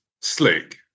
slick